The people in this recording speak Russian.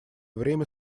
время